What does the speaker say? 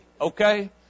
okay